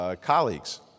colleagues